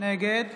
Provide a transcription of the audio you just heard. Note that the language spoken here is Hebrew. נגד